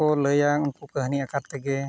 ᱠᱚ ᱞᱟᱹᱭᱟ ᱩᱱᱠᱩ ᱠᱟᱹᱦᱱᱤ ᱟᱠᱟᱨ ᱛᱮᱜᱮ